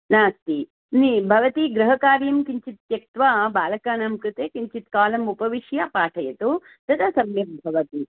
नास्ति नि भवती गृहकार्यं किञ्चित् त्यक्ता बालकानां कृते किञ्चित् कालम् उपविश्य पाठयतु तदा सम्यक् भवति